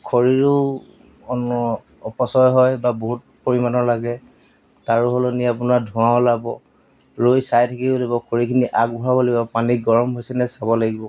খৰিৰো অ অপচয় হয় বা বহুত পৰিমাণৰ লাগে তাৰো সলনি আপোনাৰ ধোঁৱা ওলাব ৰৈ চাই থাকিব লাগিব খৰিখিনি আগবঢ়াব লাগিব পানী গৰম হৈছেনে চাব লাগিব